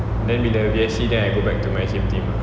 then bila V_S_C then I go back to my same team lah